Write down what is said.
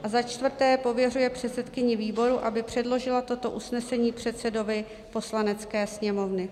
Za čtvrté pověřuje předsedkyni výboru, aby předložilo toto usnesení předsedovi Poslanecké sněmovny.